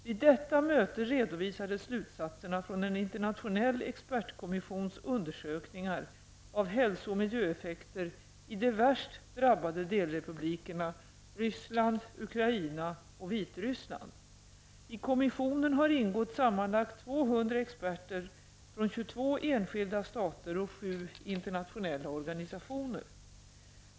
Vid detta möte redovisades slutsatserna från en internationell expertkommissions undersökningar av hälso och miljöeffekter i de värst drabbade delrepublikerna kommissionen har ingått sammanlagt 200 experter från 22 enskilda stater och sju internationella organisationer.